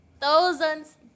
thousands